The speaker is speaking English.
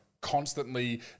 constantly